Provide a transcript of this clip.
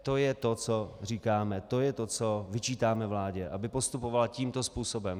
To je to, co říkáme, to je to, co vyčítáme vládě, aby postupovala tímto způsobem.